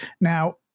Now